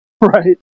Right